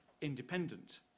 independent